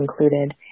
included